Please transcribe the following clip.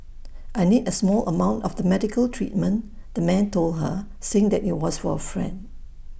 I need A small amount for the medical treatment the man told her saying that IT was for A friend